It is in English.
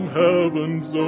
heaven's